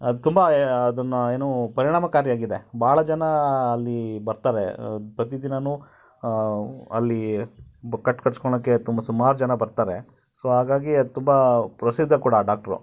ಅದು ತುಂಬ ಅದನ್ನು ಏನೂ ಪರಿಣಾಮಕಾರಿಯಾಗಿದೆ ಭಾಳ ಜನ ಅಲ್ಲಿ ಬರ್ತಾರೆ ಪ್ರತಿ ದಿನನೂ ಅಲ್ಲಿ ಬ್ ಕಟ್ಟು ಕಟ್ಸ್ಕೊಳೋಕೆ ತುಂಬ ಸುಮಾರು ಜನ ಬರ್ತಾರೆ ಸೊ ಹಾಗಾಗಿ ಅದು ತುಂಬ ಪ್ರಸಿದ್ಧ ಕೂಡ ಆ ಡಾಕ್ಟ್ರು